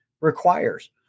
requires